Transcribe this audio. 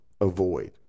avoid